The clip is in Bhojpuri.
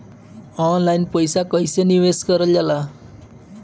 ऑनलाइन पईसा कईसे निवेश करल जाला?